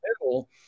middle